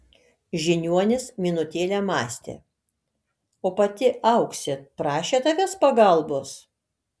žiniuonis minutėlę mąstė o pati auksė prašė tavęs pagalbos